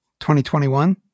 2021